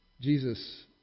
Jesus